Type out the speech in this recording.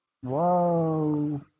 Whoa